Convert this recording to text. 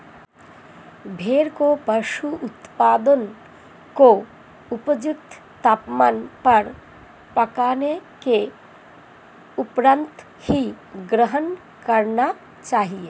भेड़ को पशु उत्पादों को उपयुक्त तापमान पर पकाने के उपरांत ही ग्रहण करना चाहिए